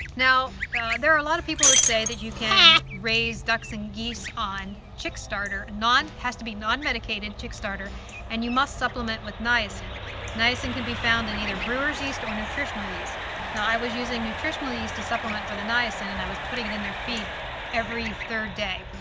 now there are a lot of people who say that you can raise ducks and geese on chick starter. it has to be non-medicated chick starter and you must supplement with niacin which can be found in either brewers yeast or nutritional yeast, so i was using nutritional yeast to supplement for the niacin and i was putting it in their feed every third day.